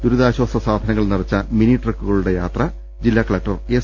ദുരിതാശ്ചാസ വസ്തുക്കൾ നിറച്ച മിനി ട്രക്കുകളുടെ യാത്ര ജില്ലാ കലക്ടർ എസ്